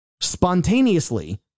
spontaneously